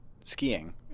skiing